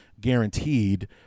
guaranteed